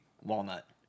walnut